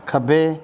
ਖੱਬੇ